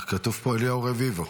כתוב פה אליהו רביבו.